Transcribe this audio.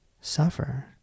suffer